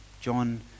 John